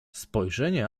spojrzenie